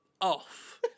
off